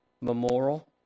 Memorial